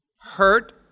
hurt